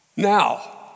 Now